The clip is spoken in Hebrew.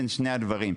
בין שני הדברים.